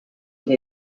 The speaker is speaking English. anti